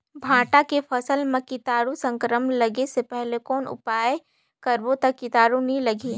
भांटा के फसल मां कीटाणु संक्रमण लगे से पहले कौन उपाय करबो ता कीटाणु नी लगही?